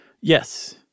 Yes